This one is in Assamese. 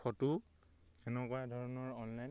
ফটো এনেকুৱা ধৰণৰ অনলাইন